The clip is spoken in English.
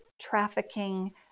trafficking